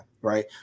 right